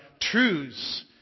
truths